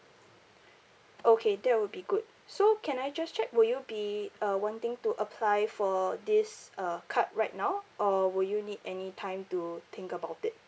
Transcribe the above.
okay that would be good so can I just check will you be uh wanting to apply for this uh card right now or will you need any time to think about it